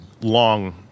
long